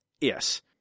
Yes